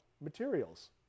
materials